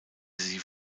sie